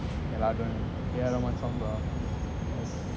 yeah lah எல்லாருக்கும்:ellarukkum a_r rahman song lah